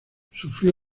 sufrió